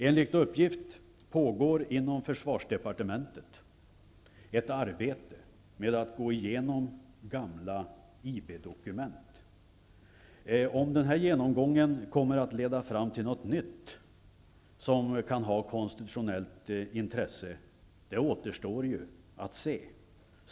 Enligt uppgift pågår inom försvarsdepartementet ett arbete med att gå igenom gamla IB-dokument. Om denna genomgång leder fram till någonting nytt som kan vara av konstitutionellt intresse återstår att se.